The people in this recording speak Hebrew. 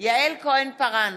יעל כהן-פארן,